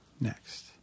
Next